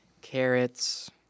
carrots